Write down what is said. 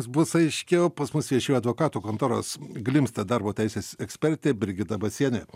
bus aiškiau pas mus viešėjo advokatų kontoros glimstedt darbo teisės ekspertė brigita basienė